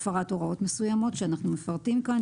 הפרת הוראות מסוימות שאנחנו מפרטים כאן.